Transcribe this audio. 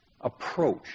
approach